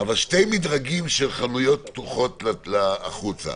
אבל שני מדרגים של חנויות פתוחות החוצה.